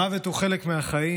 המוות הוא חלק מהחיים,